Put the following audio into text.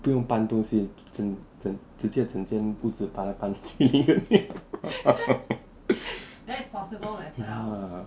不用东西整整直接整间屋子把它搬去